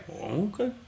Okay